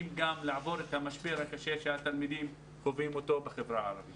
לעבור את המשבר הקשה שהתלמידים בחברה הערבית חווים.